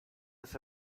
ist